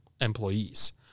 employees